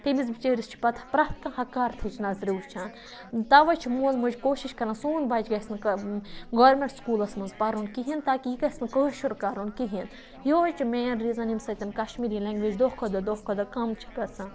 تٔمس بِچٲرِس چھ پَتہٕ پرٮ۪تھ کانٛہہ ہَکارَت نَظرِ وٕچھان تَوے چھُ مول موج کوٗشِش کَران سون بَچہِ گَژھِ نہٕ کرُن گورمیٚنٹ سُکولَس مَنٛز پَرُن کِہیٖنۍ تاکہِ یہِ گَژھ نہٕ کٲشُر کَرُن کِہیٖنۍ یُہے چھُ مین ریٖزَن یمہِ سۭتۍ کَشمیٖری لینٛگویج دۄہہ کھۄتہٕ دۄہ دۄہ کھۄتہٕ دۄہ کَم چھِ گَژھان